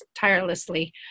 tirelessly